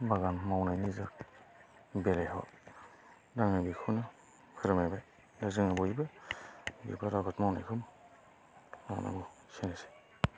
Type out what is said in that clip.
बागान मावनायनि जों बेलायाव आङो बेखौनो फोरमायबाय जों बयबो बिबार आबाद मावनायखौ मावनांगौ एसेनोसै